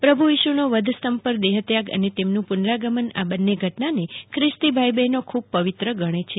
પ્રભુ ઇસુનો વધસ્તંભ પર દેહત્યાગ અને તેમનું પુનરાગમન આ બંને ઘટનાને ખ્રિસ્તી ભાઈ બહેનો ખૂબ પવિત્ર ગણે છે